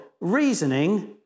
reasoning